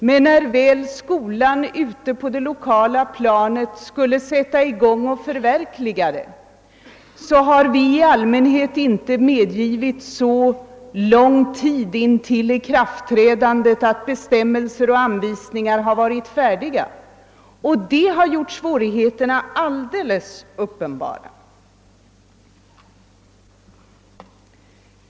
Men när reformerna sedan skulle förverkligas på det lokala planet har vi i allmänhet inte medgivit så lång tid före ikraftträdandet att bestämmelser och anvisningar varit färdiga, och detta har gjort svårigheterna särskilt stora.